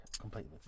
completely